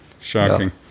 Shocking